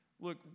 look